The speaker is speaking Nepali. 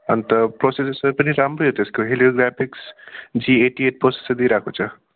अन्त प्रोसेसर पनि राम्रै हो त्यसको हिलियोग्राफिक्स जी एटी एट प्रोसेसर दिइरहेको छ